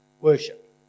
worship